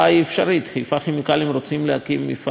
חיפה כימיקלים רוצים להקים מפעל בעצמם?